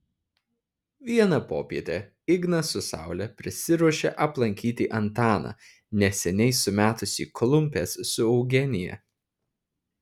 vieną popietę ignas su saule prisiruošė aplankyti antaną neseniai sumetusį klumpes su eugenija